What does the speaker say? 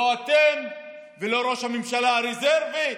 לא אתם ולא ראש הממשלה הרזרבי.